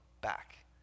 back